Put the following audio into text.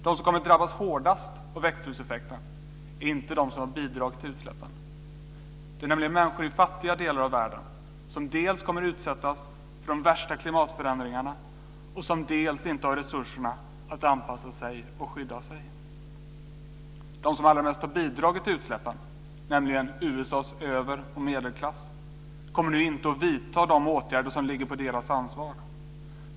De som kommer att drabbas hårdast av växthuseffekten är inte de som har bidragit till utsläppen. Det är nämligen människor i fattiga delar av världen som dels kommer att utsättas för de värsta klimatförändringarna, dels inte har resurserna att anpassa sig och skydda sig. De som allra mest har bidragit till utsläppen, nämligen USA:s över och medelklass kommer nu inte att vidta de åtgärder som ligger på deras ansvar.